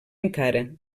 encara